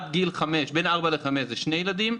בין הגילאים ארבע וחמש זה שני ילדים,